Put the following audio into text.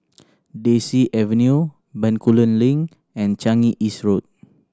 Daisy Avenue Bencoolen Link and Changi East Road